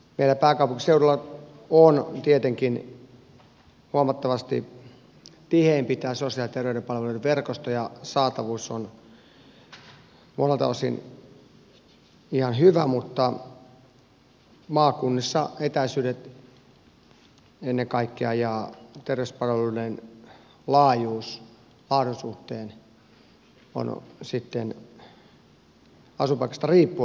meillä pääkaupunkiseudulla on tietenkin huomattavasti tiheämpi tämä sosiaali ja terveyspalvelujen verkosto ja saatavuus on monelta osin ihan hyvä mutta maakunnissa etäisyydet ennen kaikkea ja terveyspalvelujen laajuus laadun suhteen on sitten asuinpaikasta riippuen erilainen